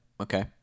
okay